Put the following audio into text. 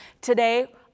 Today